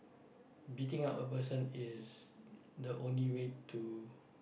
beating up a person is the only way to